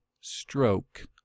stroke